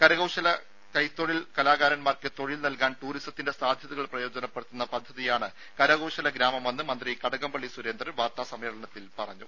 കരകൌശല കൈത്തൊഴിൽ കലാകാരൻമാർക്ക് തൊഴിൽ നൽകാൻ ടൂറിസത്തിന്റെ സാധ്യതകൾ പ്രയോജനപ്പെടുത്തുന്ന പദ്ധതിയാണ് കരകൌശല ഗ്രാമമെന്ന് മന്ത്രി കടകംപള്ളി സുരേന്ദ്രൻ തിരുവനന്തപുരത്ത് വാർത്താ സമ്മേളനത്തിൽ പറഞ്ഞു